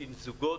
עם זוגות,